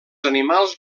animals